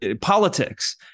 politics